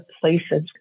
places